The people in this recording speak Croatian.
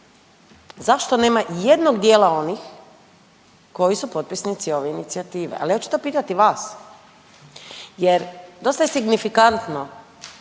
zašto nema ijednog djela onih koji su potpisnici ove inicijative ali ja ću to pitati vas jer dosta je signifikantno